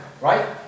Right